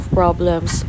problems